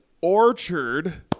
orchard